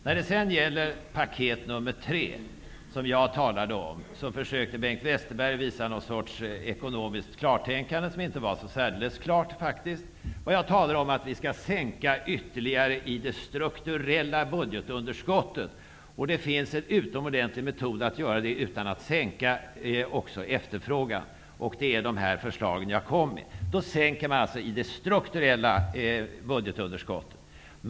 När det sedan gäller paket nummer tre, som jag talade om, försökte Bengt Westerberg visa någon sorts ekonomiskt klartänkande som inte var så särdeles klart faktiskt. Jag talade om att ytterligare minska det strukturella budgetunderskottet. Det finns en utomordentlig metod att göra detta utan att också minska efterfrågan, och det är de förslag som jag kom med.